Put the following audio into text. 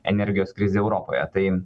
energijos krizė europoje tai